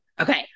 Okay